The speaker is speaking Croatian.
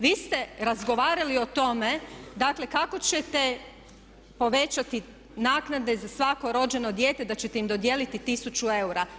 Vi ste razgovarali o tome dakle kako ćete povećati naknade za svako rođeno dijete da ćete im dodijeliti tisuću eura.